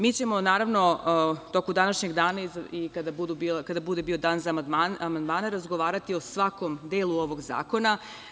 Mi ćemo, naravno, u toku današnjeg dana i kada bude bio dan za amandmane razgovarati o svakom delu ovog zakona.